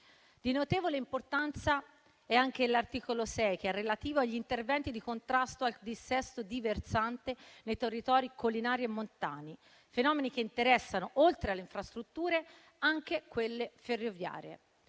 Di notevole importanza è anche l'articolo 6, relativo agli interventi di contrasto al dissesto di versante nei territori collinari e montani: fenomeni che interessano, tra le infrastrutture, anche quelle ferroviarie.